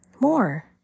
More